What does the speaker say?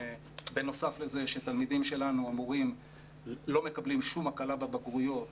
בנוסף לזה שתלמידים שלנו לא מקבלים שום הקלה בבגרויות,